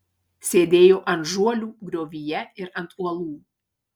sėdėjo ant žuolių griovyje ir ant uolų